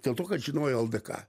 dėl to kad žinojo ldk